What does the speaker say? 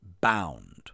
bound